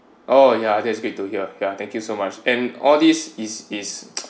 oh yeah that's great to hear yeah thank you so much and all this is is